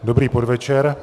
Dobrý podvečer.